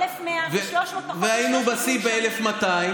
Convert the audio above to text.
1,100, ו-300 פחות, היינו בשיא ב-1,200.